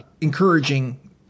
encouraging